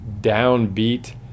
downbeat